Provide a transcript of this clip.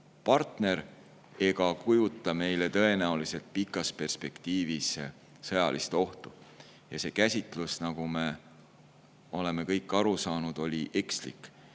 partner ega kujuta meile tõenäoliselt pikas perspektiivis sõjalist ohtu. See käsitlus, nagu me oleme kõik aru saanud, oli ekslik.